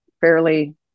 fairly